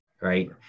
Right